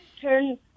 turn